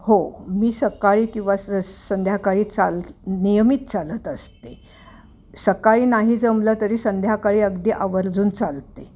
हो मी सकाळी किंवा स संध्याकाळी चाल नियमित चालत असते सकाळी नाही जमलं तरी संध्याकाळी अगदी आवर्जून चालते